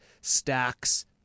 stacks